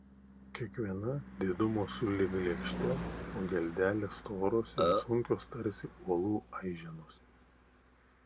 kiekviena didumo sulig lėkšte o geldelės storos ir sunkios tarsi uolų aiženos